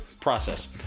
process